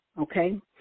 Okay